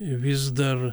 vis dar